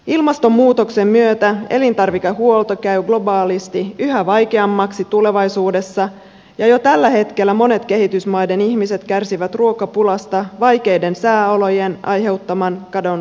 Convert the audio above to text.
ilmastonmuutoksen myötä elintarvikehuolto käy globaalisti yhä vaikeammaksi tulevaisuudessa ja jo tällä hetkellä monet kehitysmaiden ihmiset kärsivät ruokapulasta vaikeiden sääolojen aiheuttaman kadon vuoksi